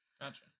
Gotcha